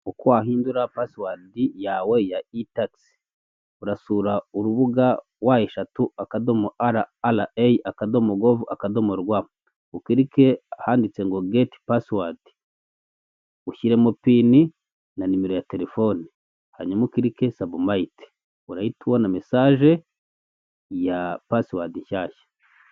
Uko wahindura pasiwodi yawe ya E-takisi. Urasura urubuga rwa eshatu (www.rra.gov.rw), ahanditse ngo "get password," ushyiramo PIN na nimero ya telefone, hanyuma ukanda "submit." Nyarangiza, uzabona ubutumwa bugufi bukubwira pasiwodi nshya.